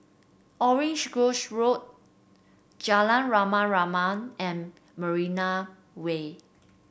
Orange Grove Road Jalan Rama Rama and Marina Way